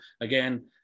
again